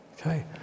Okay